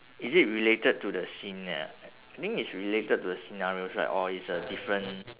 is it related to the scena~ I think it's related to the scenarios right or it's a different